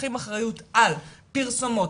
לוקחים אחריות על פרסומות,